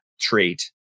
trait